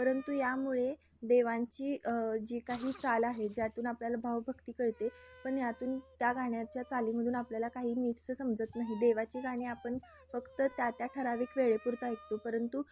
परंतु यामुळे देवांची जी काही चाल आहे ज्यातून आपल्याला भाव भक्ती कळते पण यातून त्या गाण्याच्या चालीमधून आपल्याला काही नीटसं समजत नाही देवाची गाणी आपण फक्त त्या त्या ठराविक वेळेपुरता ऐकतो परंतु